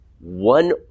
one